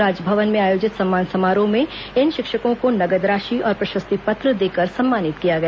राजभवन में आयोजित सम्मान समारोह में इन शिक्षकों को नगद राशि और प्रशस्त्रि पत्र देकर सम्मानित किया गया